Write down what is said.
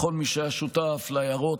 לכל מי שהיה שותף להערות,